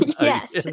Yes